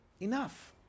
enough